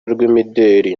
rw’imideli